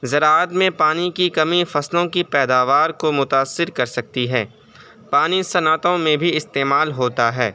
زراعت میں پانی کی کمی فصلوں کی پیداوار کو متاثر کر سکتی ہے پانی صنعتوں میں بھی استعمال ہوتا ہے